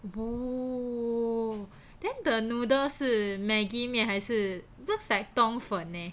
oo then the noodle 是 Maggie 面还是 looks like 冬粉 leh